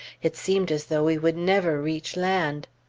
it seemed as though we would never reach land.